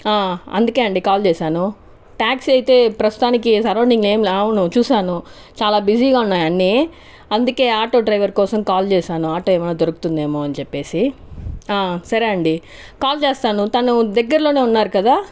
అందుకే అండి కాల్ చేసాను ట్యాక్సీ అయితే ప్రస్తుతానికి సరౌండింగ్లో ఏమి లేవు చూసాను చాలా బిజీగా ఉన్నాయి అన్ని అందుకే ఆటో డ్రైవర్ కోసం కాల్ చేసాను ఆటో ఏమైనా దొరుకుతుందేమో అని చెప్పేసి సరే అండి కాల్ చేస్తాను తను దగ్గర్లోనే ఉన్నారు కదా